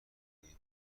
مرگ